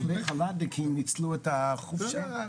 הרבה חל"תניקים ניצלו את החופשה.